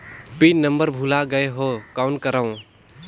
Pin number भुला गयें हो कौन करव?